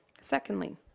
Secondly